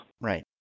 Right